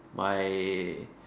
by